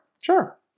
Sure